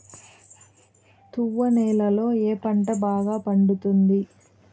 తువ్వ నేలలో ఏ పంట బాగా పండుతుంది?